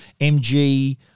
MG